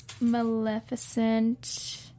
Maleficent